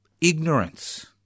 Ignorance